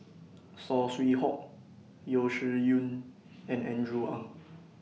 Saw Swee Hock Yeo Shih Yun and Andrew Ang